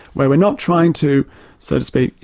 where we're not trying to so to speak,